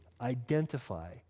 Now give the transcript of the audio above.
identify